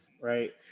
right